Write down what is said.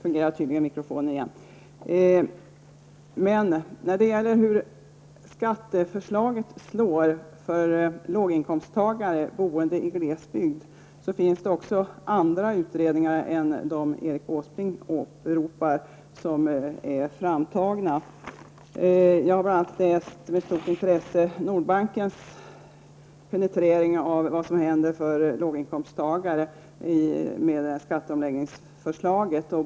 Herr talman! Erik Åsbrink ansåg att jag skulle vara nöjd med det svar regeringen gav i interpellationssvaret och över att man rättade till mina felaktiga påståenden. Det finns även andra utredningar än dem som Erik Åsbrink åberopar när det gäller hur skatteförslaget slår för låginkomsttagare i glesbygd. Jag har bl.a. med stort intresse läst Nordbankens penetrering av vad som händer för låginkomsttagare i och med skatteomläggningsförslaget.